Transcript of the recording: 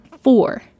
four